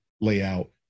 layout